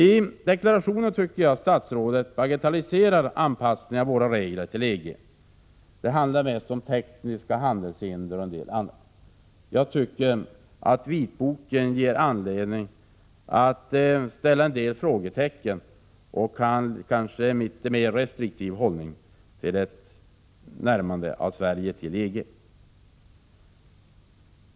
I deklarationen bagatelliserar statsrådet anpassningen av våra regler till EG:s, tycker jag. Det handlar mest om tekniska handelshinder och en del annat. Jag tycker att vitboken ger anledning att sätta en del frågetecken och att inta en mer restriktiv hållning till ett närmande av Sverige till EG.